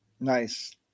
nice